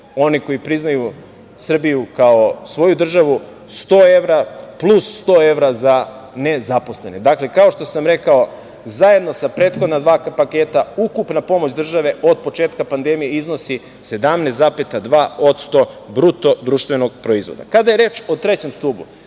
oni koji priznaju Srbiju kao svoju državu, 100 evra, plus 100 evra za nezaposlene. Dakle, kao što sam rekao, zajedno sa prethodna dva paketa ukupna pomoć države od početka pandemije iznosi 17,2% BDP-a. Kada je reč o trećem stubu